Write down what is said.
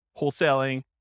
wholesaling